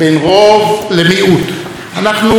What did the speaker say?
אנחנו מאבדים את האמפתיה,